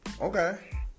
okay